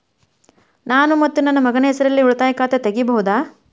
ನಾನು ಮತ್ತು ನನ್ನ ಮಗನ ಹೆಸರಲ್ಲೇ ಉಳಿತಾಯ ಖಾತ ತೆಗಿಬಹುದ?